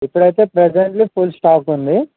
ఇప్పుడైతే ప్రెజెంట్లో full stock ఉంది